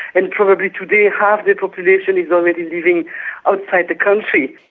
and probably today half the population is already living outside the country.